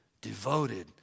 devoted